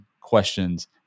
questions